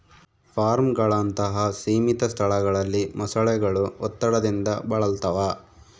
ಫಾರ್ಮ್ಗಳಂತಹ ಸೀಮಿತ ಸ್ಥಳಗಳಲ್ಲಿ ಮೊಸಳೆಗಳು ಒತ್ತಡದಿಂದ ಬಳಲ್ತವ